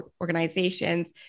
organizations